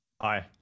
hi